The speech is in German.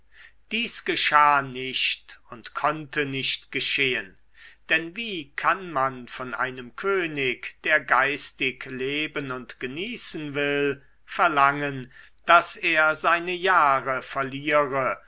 dies geschah nicht und konnte nicht geschehen denn wie kann man von einem könig der geistig leben und genießen will verlangen daß er seine jahre verliere